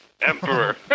Emperor